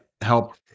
help